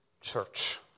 church